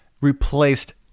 replaced